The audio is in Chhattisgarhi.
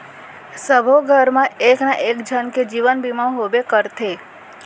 सबो घर मा एक ना एक झन के जीवन बीमा होबे करथे